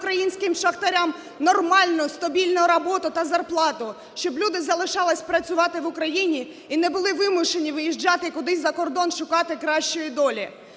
українським шахтарям нормальну стабільну роботу та зарплату, щоб люди залишались працювати в Україні і не були вимушені виїжджати кудись за кордон шукати кращої долі.